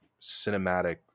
cinematic